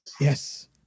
Yes